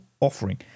offering